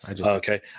Okay